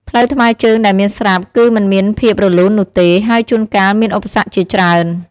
ផ្លូវថ្មើរជើងដែលមានស្រាប់ គឺមិនមានភាពរលូននោះទេ ហើយជួនកាលមានឧបសគ្គជាច្រើន។